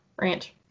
ranch